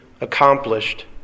accomplished